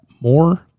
More